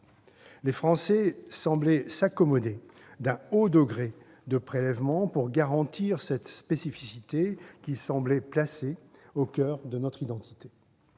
Les Français semblaient s'accommoder d'un haut degré de prélèvements pour garantir cette spécificité qui semblait placée au coeur de notre identité.